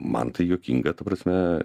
man tai juokinga ta prasme